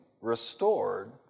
restored